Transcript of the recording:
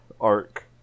arc